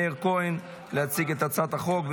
מאיר כהן להציג את הצעת החוק.